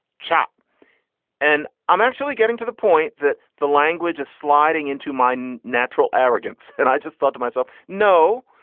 chap and i'm actually getting to the point that the language is sliding into mine. natural arrogance. and i just thought to myself, no,